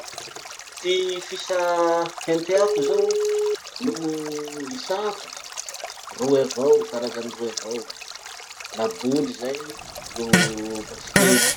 Ty fisà henteako zao noho hisako: roe avao, karazany roe avao. Laboly zay noho basikety.